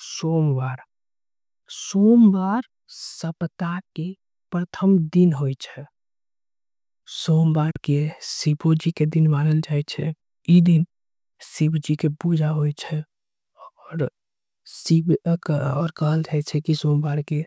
सोमवार सप्ताह के प्रथम दिन होई छे सोमवार। के शिवजी के दिन मानल जाई छे ई दिन शिव। जी के पूजा होई छे ई दिन कहे जाय छे। की सोमवार के